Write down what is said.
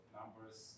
numbers